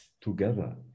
together